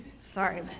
Sorry